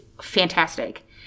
fantastic